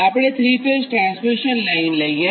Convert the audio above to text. તો આપણે 3 phase transmission line લઇએ